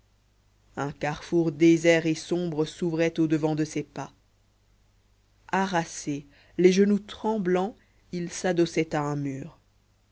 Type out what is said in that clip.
un carrefour désert et sombre s'ouvrait au-devant de ses pas harassé les genoux tremblants il s'adossait à un mur